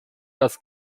das